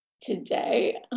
today